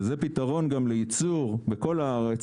זה גם פתרון לייצור בכל הארץ.